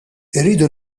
irridu